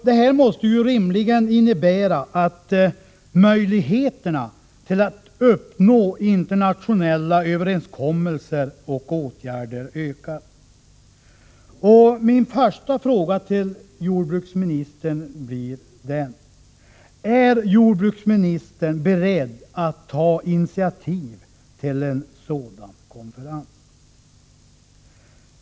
Detta måste ju rimligen innebära att möjligheterna till att uppnå internationella överenskommelser och åtgärder ökar. Min första fråga till jordbruksministern blir därför: Är jordbruksministern beredd att ta initiativ till en sådan konferens?